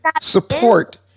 support